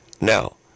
Now